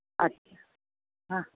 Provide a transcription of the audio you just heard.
अछा हा